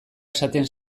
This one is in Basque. esaten